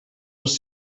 als